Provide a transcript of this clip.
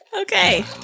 Okay